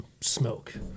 smoke